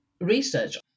research